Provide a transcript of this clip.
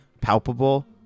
palpable